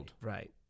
right